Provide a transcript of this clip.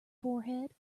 forehead